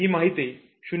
ही माहिती 0